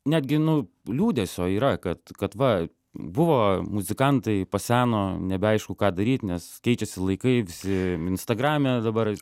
netgi nu liūdesio yra kad kad va buvo muzikantai paseno nebeaišku ką daryt nes keičiasi laikai visi instagrame dabar